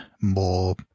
more